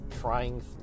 trying